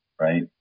right